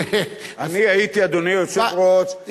אדוני היושב-ראש,